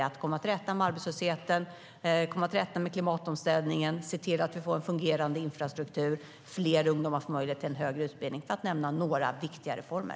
Vi behöver komma till rätta med arbetslösheten, komma till rätta med klimatomställningen, se till att vi får fungerande infrastruktur och se till att fler ungdomar får möjlighet till högre utbildning, för att nämna några viktiga reformer.